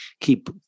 keep